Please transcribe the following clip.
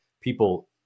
people